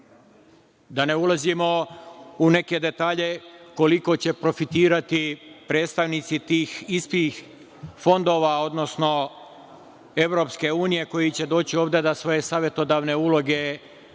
Da ne ulazimo u neke detalje, koliko će profitirati predstavnici tih istih fondova, odnosno EU, koji će doći ovde da svoje savetodavne uloge dobro